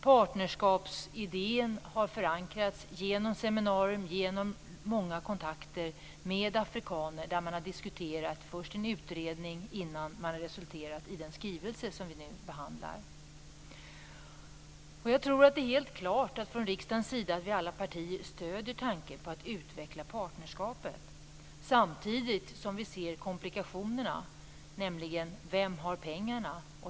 Partnerskapsidén har förankrats genom seminarium, genom många kontakter med afrikaner, där man först diskuterat en utredning innan det resulterat i den skrivelse som vi nu behandlar. Jag tror att det är helt klart att vi från riksdagens sida, alla partier, stöder tanken på att utveckla partnerskapet, samtidigt som vi ser komplikationerna; vem har pengarna?